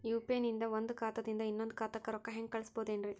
UPI ನಿಂದ ಒಂದ್ ಖಾತಾದಿಂದ ಇನ್ನೊಂದು ಖಾತಾಕ್ಕ ರೊಕ್ಕ ಹೆಂಗ್ ಕಳಸ್ಬೋದೇನ್ರಿ?